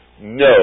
no